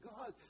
God